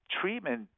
treatment